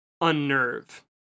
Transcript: unnerve